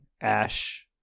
Ash